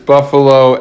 Buffalo